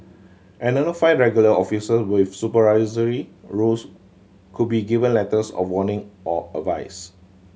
another five regular officer with supervisory roles could be given letters of warning or advice